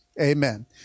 Amen